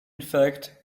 fact